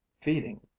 feeding